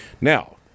Now